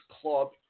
club